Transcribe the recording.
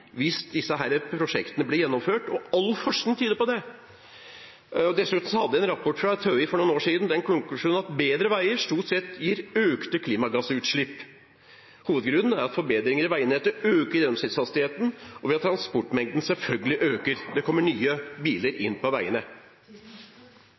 hvis disse prosjektene blir gjennomført. All forskning tyder på det. En rapport fra TØI konkluderte for noen år siden dessuten med at bedre veier stort sett gir økte klimagassutslipp. Hovedgrunnen er at forbedringer i veinettet øker gjennomsnittshastigheten og at transportmengden selvfølgelig øker. Det kommer nye biler inn på veiene. La oss først ta utgangspunkt i